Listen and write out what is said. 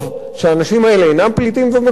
שהאנשים האלה אינם פליטים ומבקשי מקלט,